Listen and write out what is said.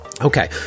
Okay